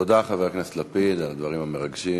תודה, חבר הכנסת לפיד, על הדברים המרגשים.